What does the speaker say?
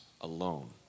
alone